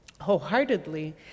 wholeheartedly